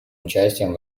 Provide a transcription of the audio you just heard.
участием